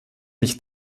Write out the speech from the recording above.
nicht